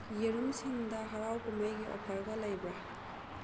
ꯌꯦꯔꯨꯝꯁꯤꯡꯗ ꯍꯔꯥꯎ ꯀꯨꯝꯍꯩꯒꯤ ꯑꯣꯐꯔꯒ ꯂꯩꯕ꯭ꯔꯥ